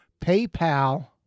paypal